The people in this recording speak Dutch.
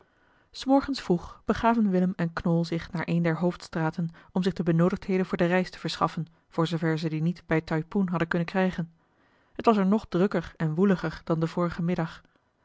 s morgens vroeg begaven willem en knol zich naar een der hoofdstraten om zich de benoodigdheden voor de reis te verschaffen voorzoover ze die niet bij taipoen hadden kunnen krijgen t was er nog drukker en woeliger dan den vorigen middag